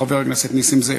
חבר הכנסת נסים זאב.